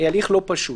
הליך לא פשוט.